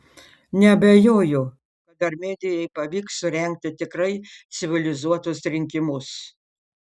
neabejoju kad armėnijai pavyks surengti tikrai civilizuotus rinkimus